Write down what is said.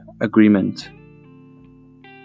agreement